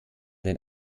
den